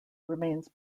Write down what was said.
remains